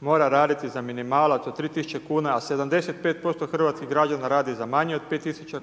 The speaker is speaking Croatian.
mora raditi za minimalac od 3 tisuće kuna, a 75% hrvatskih građana radi za manje od 5 tisuća